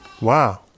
Wow